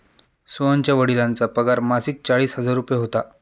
सोहनच्या वडिलांचा पगार मासिक चाळीस हजार रुपये होता